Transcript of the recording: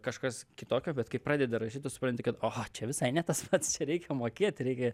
kažkas kitokio bet kai pradedi rašyt tu supranti kad oh čia visai ne tas pats čia reikia mokėt reikia